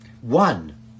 One